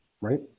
right